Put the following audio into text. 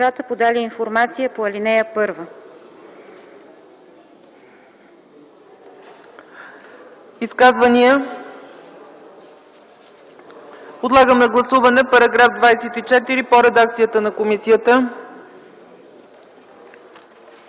Подлагам на гласуване § 24 в редакцията на комисията.